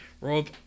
Rob